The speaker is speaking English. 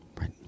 Right